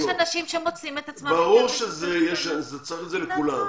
יש אנשים שמוצאים את עצמם --- ברור שצריך את זה לכולם,